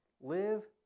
live